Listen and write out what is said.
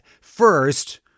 first